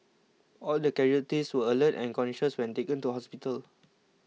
all the casualties were alert and conscious when taken to hospital